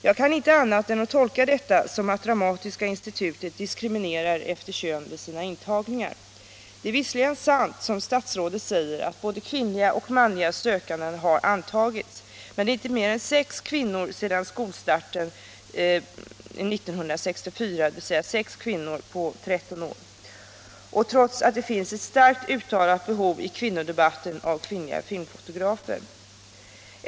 Jag kan inte annat än tolka detta så att Dramatiska institutet diskriminerar efter kön vid sina intagningar. Det är visserligen sant som statsrådet säger att både kvinnliga och manliga sökande har antagits. Men det är inte mer än sex kvinnor sedan skolstarten 1964, alltså på 13 år, trots att det finns ett starkt uttalat behov i kvinnodebatten av kvinnliga filmfotografer.